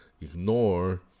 ignore